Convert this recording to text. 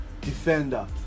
defender